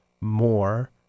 more